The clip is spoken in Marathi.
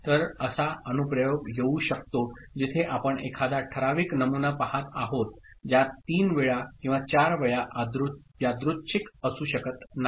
तर असा अनुप्रयोग येऊ शकतो जिथे आपण एखादा ठराविक नमुना पहात आहोत ज्यात 3 वेळा किंवा 4 वेळा यादृच्छिक असू शकत नाही